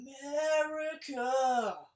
America